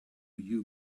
you